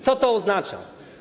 Co to oznacza?